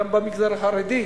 גם במגזר החרדי,